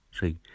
See